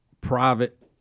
private